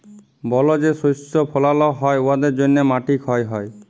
বল যে শস্য ফলাল হ্যয় উয়ার জ্যনহে মাটি ক্ষয় হ্যয়